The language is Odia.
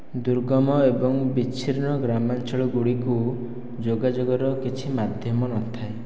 ଦୁର୍ଗମ ଏବଂ ବିଛିନ୍ନ ଗ୍ରାମାଞ୍ଚଳ ଗୁଡ଼ିକୁ ଯୋଗାଯୋଗର କିଛି ମାଧ୍ୟମ ନଥାଏ